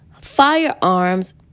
firearms